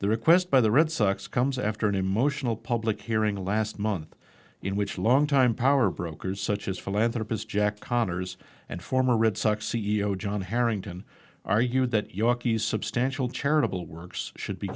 the request by the red sox comes after an emotional public hearing last month in which longtime power brokers such as philanthropist jack connors and former red sox c e o john harrington argued that yorkies substantial charitable works should be